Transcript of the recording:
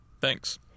Thanks